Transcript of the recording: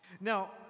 now